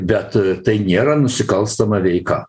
bet tai nėra nusikalstama veika